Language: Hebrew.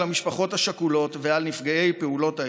המשפחות השכולות ועל נפגעי פעולות האיבה.